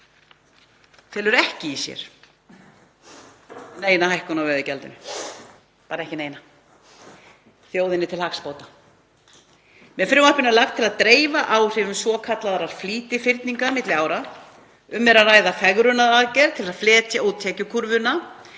felur ekki í sér neina hækkun á veiðigjaldinu, bara ekki neina, þjóðinni til hagsbóta. Með frumvarpinu er lagt til að dreifa áhrifum svokallaðrar flýtifyrningar milli ára. Um er að ræða fegrunaraðgerð til að fletja út tekjukúrfuna.